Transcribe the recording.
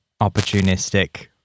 opportunistic